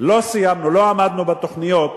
לא סיימנו, לא עמדנו בתוכניות,